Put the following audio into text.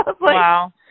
Wow